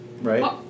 right